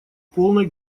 полной